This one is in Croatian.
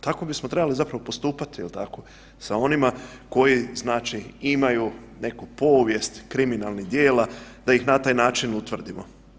Tako bismo trebali zapravo postupati jel tako sa onima koji znači imaju neku povijest kriminalnih djela da ih na taj način utvrdimo.